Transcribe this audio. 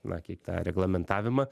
na kiek tą reglamentavimą